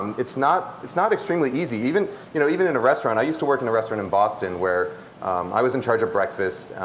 it's not not extremely easy, even you know even in a restaurant. i used to work in a restaurant in boston, where i was in charge of breakfast.